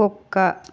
కుక్క